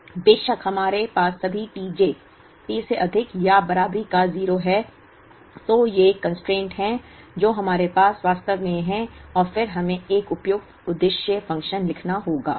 बेशक हमारे पास सभी T j T से अधिक या बराबरी का 0 है तो ये बाधाएं कंस्ट्रेंट हैं जो हमारे पास वास्तव में हैं और फिर हमें एक उपयुक्त उद्देश्य फ़ंक्शन लिखना होगा